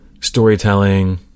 storytelling